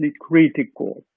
critical